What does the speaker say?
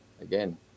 again